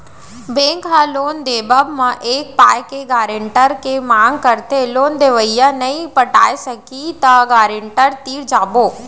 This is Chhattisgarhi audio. बेंक ह लोन देवब म ए पाय के गारेंटर के मांग करथे लोन लेवइया नइ पटाय सकही त गारेंटर तीर जाबो